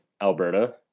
Alberta